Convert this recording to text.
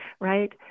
right